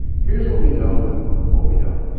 here's what we know and what we don't.